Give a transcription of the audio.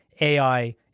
AI